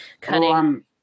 cutting